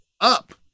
up